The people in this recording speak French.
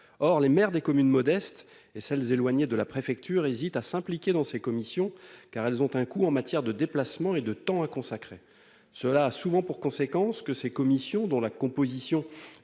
or les maires des communes modestes et celles éloigner de la préfecture, hésitent à s'impliquer dans ces commissions, car elles ont un coût en matière de déplacements et de temps à consacrer cela a souvent pour conséquence que ces commissions dont la composition